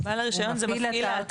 בעל הרישיון זה מפעיל האתר.